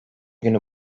günü